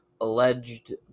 alleged